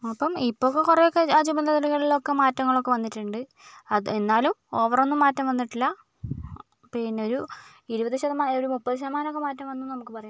അപ്പം ഇപ്പൊക്കെ കുറെയൊക്കെ ആ ചുമതലകളിലൊക്കെ മാറ്റങ്ങളൊക്കെ വന്നിട്ടുണ്ട് അത് എന്നാലും ഓവറൊന്നും മാറ്റം വന്നിട്ടില്ല പിന്നൊരു ഇരുപത് ശതമാനം ഒരു മുപ്പത് ശതമനൊക്കെ മാറ്റം വന്നൂന്ന് നമുക്ക് പറയാം